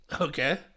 Okay